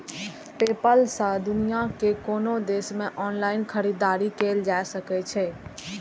PayPal सं दुनिया के कोनो देश मे ऑनलाइन खरीदारी कैल जा सकै छै